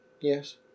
Yes